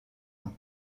ans